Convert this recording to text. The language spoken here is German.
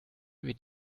wird